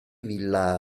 villa